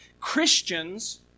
Christians